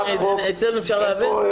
גם ככה לא --- אצלנו אפשר להעביר?